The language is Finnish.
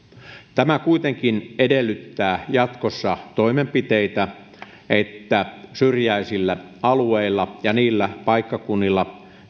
tämä kuitenkin edellyttää jatkossa toimenpiteitä että syrjäisillä alueilla ja niillä paikkakunnilla